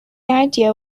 idea